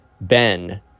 Ben